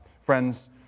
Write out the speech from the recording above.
Friends